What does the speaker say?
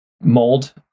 mold